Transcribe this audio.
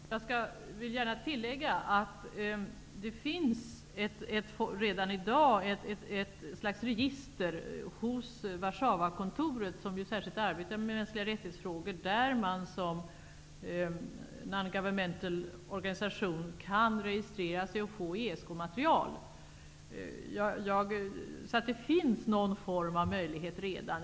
Herr talman! Jag vill gärna tillägga att det redan i dag finns ett slags register i Warszawakontoret, som särskilt arbetar med mänskliga rättigheter och där man som non-governmental organisation kan registrera sig och få ESK-material. Så det finns någon form av möjlighet redan.